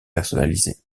personnalisé